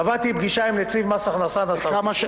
קבעתי פגישה עם נציב מס הכנסה --- חיים כץ: